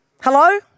Hello